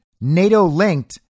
NATO-linked